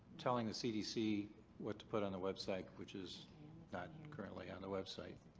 telling the cdc what to put on the website which is not currently on the website.